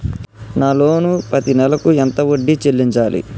నా లోను పత్తి నెల కు ఎంత వడ్డీ చెల్లించాలి?